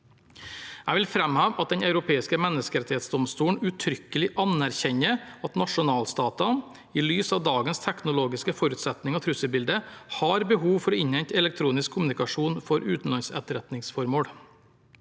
Jeg vil framheve at Den europeiske menneskerettsdomstol uttrykkelig anerkjenner at nasjonalstatene, i lys av dagens teknologiske forutsetninger og trusselbilde, har behov for å innhente elektronisk kommunikasjon for utenlandsetterretningsformål.